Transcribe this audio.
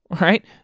right